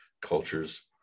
cultures